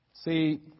See